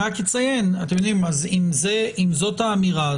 זאת האמירה,